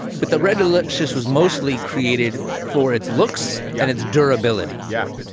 but the red delicious was mostly created for its looks yeah and its durability. yeah.